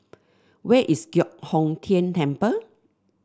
where is Giok Hong Tian Temple